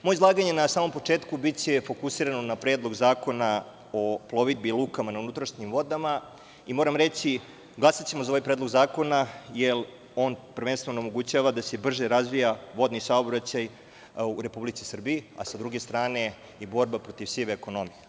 Moje izlaganje na samom početku biće fokusirano na Predlog zakona o plovidbi lukama na unutrašnjim vodama i moram reći, glasaćemo za ovaj predlog zakona, jer on prvenstveno omogućava da se brže razvija vodni saobraćaj u Republici Srbiji, a sa druge strane i borba protiv sive ekonomije.